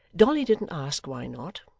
dolly didn't ask why not,